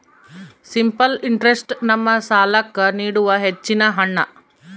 simple interest ನಮ್ಮ ಸಾಲ್ಲಾಕ್ಕ ನೀಡುವ ಹೆಚ್ಚಿನ ಹಣ್ಣ